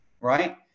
right